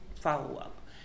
follow-up